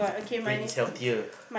bread is healthier